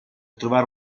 trovare